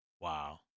Wow